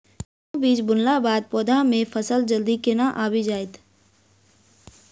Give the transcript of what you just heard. गेंहूँ बीज बुनला बाद पौधा मे फसल जल्दी केना आबि जाइत?